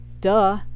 duh